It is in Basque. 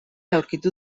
aurkitu